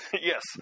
Yes